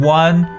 one